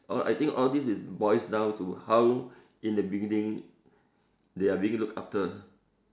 all I think all this is boils down to how in the beginning they are being looked after